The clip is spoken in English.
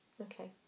Okay